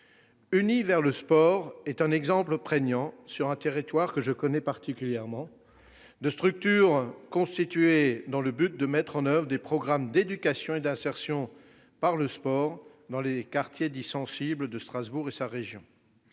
Unis vers le sport est un exemple prégnant, sur un territoire que je connais particulièrement, de structure constituée dans le but de mettre en oeuvre des programmes d'éducation et d'insertion par le sport dans les quartiers dits sensibles de Strasbourg et de sa région.